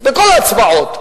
בכל ההצבעות.